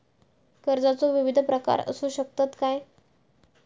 कर्जाचो विविध प्रकार असु शकतत काय?